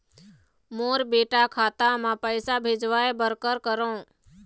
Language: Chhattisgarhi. मोर बेटा खाता मा पैसा भेजवाए बर कर करों?